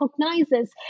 recognizes